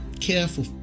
careful